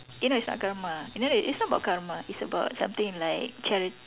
eh no it's not karma you know the it's not about karma it's about something like charity